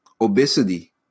obesity